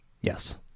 Yes